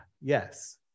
yes